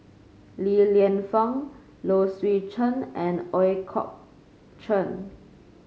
Li Lienfung Low Swee Chen and Ooi Kok Chuen